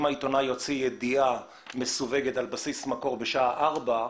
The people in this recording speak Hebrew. כי אם העיתונאי יוציא ידיעה מסווגת על בסיס מקור בשעה ארבע,